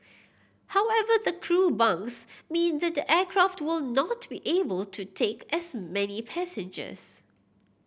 however the crew bunks mean that the aircraft will not be able to take as many passengers